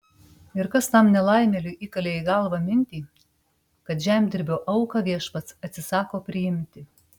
ir kas tam nelaimėliui įkalė į galvą mintį kad žemdirbio auką viešpats atsisako priimti